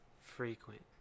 frequent